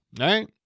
right